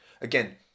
Again